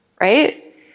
right